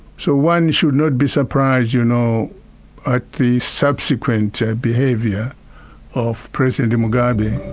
so one should not be surprised you know, at the subsequent ah behaviour of president mugabe.